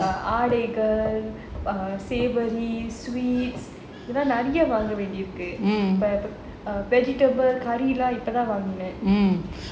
ஆடைகள்:adaigal savoury sweet நிறையா வாங்க வேண்டி இருக்கு:niraiyaa vaanga vendi irukku err vegetable curry எல்லாம் இப்ப தான் வாங்குனேன்:ellaam ippathaan vangunaen